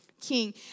king